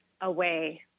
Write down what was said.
away